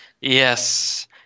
Yes